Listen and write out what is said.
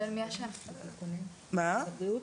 יובל חמו, ממונה קשרי ממשל ותקשורת.